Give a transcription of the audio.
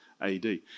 AD